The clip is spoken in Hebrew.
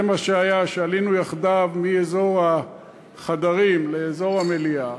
זה מה שהיה כשעלינו יחדיו מאזור החדרים לאזור המליאה,